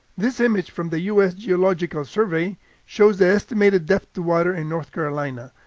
this image from the u s. geological survey shows the estimated depth to water in north carolina.